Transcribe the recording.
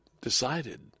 decided